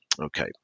Okay